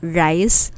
rice